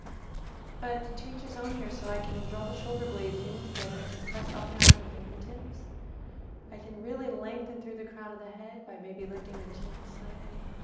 but to each his own here so i can draw the shoulder blades and in and together. i can press up and out of the fingertips i can really lengthen through the crown of the head by maybe lifting the chin slightly.